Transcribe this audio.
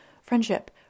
Friendship